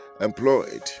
employed